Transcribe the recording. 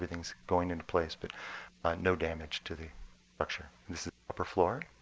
everything's going into place. but no damage to the structure. this is the upper floor.